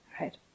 right